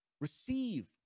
Receive